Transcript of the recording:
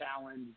challenge